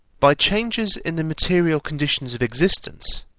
by changes in the material conditions of existence,